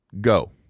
Go